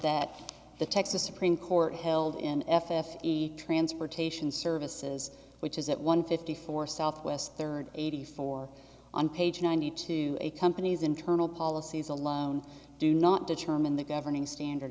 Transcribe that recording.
that the texas supreme court held in fs transportation services which is at one fifty four southwest third eighty four on page ninety two a company's internal policies alone do not determine the governing standard